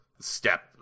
step